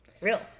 real